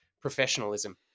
professionalism